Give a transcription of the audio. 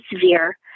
severe